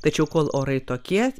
tačiau kol orai tokie